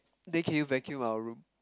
then can you vacuum our room